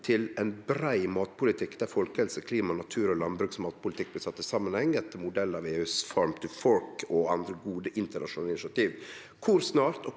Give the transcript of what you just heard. til ein brei matpolitikk, der folkehelse, klima og natur, landbruks- og matpolitikken blir sett i samanheng, etter modell av EUs «Farm to Fork» og andre gode internasjonale initiativ.